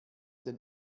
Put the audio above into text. denn